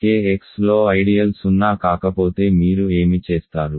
kx లో ideal సున్నా కాకపోతే మీరు ఏమి చేస్తారు